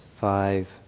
five